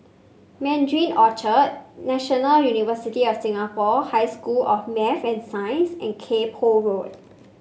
Mandarin Orchard National University of Singapore High School of Math and Science and Kay Poh Road